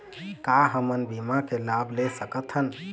का हमन बीमा के लाभ ले सकथन?